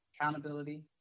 accountability